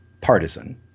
partisan